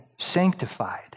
sanctified